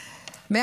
היושב-ראש,